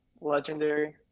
legendary